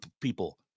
people